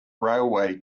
railway